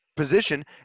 position